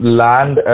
land